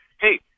hey